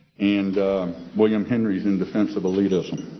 and william henry is in defense of elitism.